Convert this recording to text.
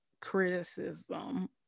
criticism